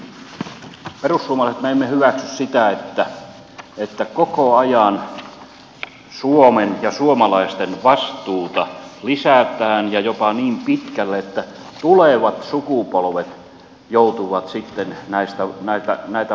me perussuomalaiset emme hyväksy sitä että koko ajan suomen ja suomalaisten vastuuta lisätään ja jopa niin pitkälle että tulevat sukupolvet joutuvat sitten näitä vastuita lunastamaan